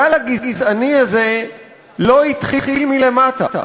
הגל הגזעני הזה לא התחיל מלמטה,